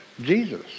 jesus